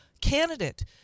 candidate